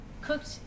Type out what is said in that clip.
cooked